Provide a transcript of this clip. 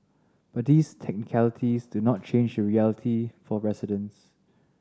but these technicalities do not change the reality for residents